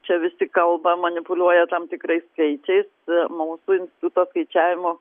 čia visi kalba manipuliuoja tam tikrais skaičiais mūsų instituto skaičiavimu